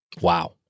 Wow